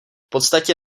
podstatě